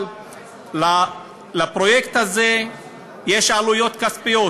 אבל לפרויקט הזה יש עלויות כספיות,